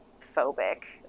phobic